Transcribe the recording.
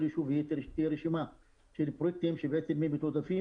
יישוב תהיה רשימה של פרויקטים שבעצם הם מתועדפים,